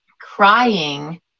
crying